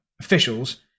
officials